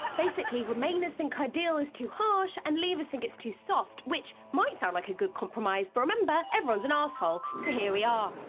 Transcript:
basically, remainers think her ah deal is too harsh. and leavers think it's too soft, which might sound like a good compromise. but remember, everyone's an asshole. so here we are.